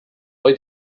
boi